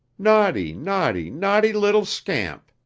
naughty, naughty, naughty little scamp!